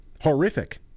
horrific